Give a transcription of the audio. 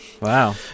Wow